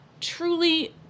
truly